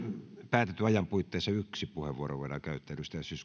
päätetyn ajan puitteissa yksi puheenvuoro voidaan käyttää